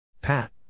Pat